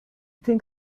think